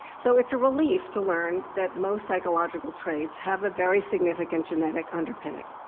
so, it's a relief to learn that most psychological traits have a very significant genetic underpinning,